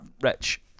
Rich